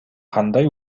кандай